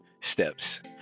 steps